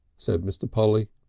said mr. polly.